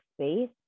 space